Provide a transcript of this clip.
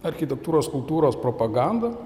architektūros kultūros propaganda